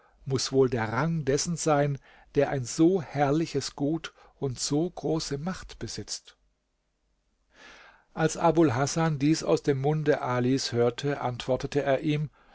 muß wohl der rang dessen sein der ein so herrliches gut und so große macht besitzt als abul hasan dies aus dem munde alis hörte antwortete er ihm